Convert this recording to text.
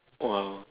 !wow!